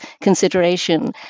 consideration